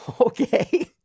Okay